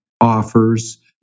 offers